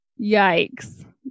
yikes